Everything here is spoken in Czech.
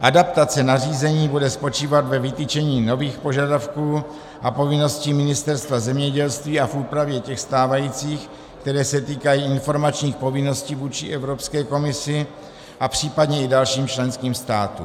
Adaptace nařízení bude spočívat ve vytyčení nových požadavků a povinností Ministerstva zemědělství a v úpravě těch stávajících, které se týkají informačních povinností vůči Evropské komisi a případně i dalším členským státům.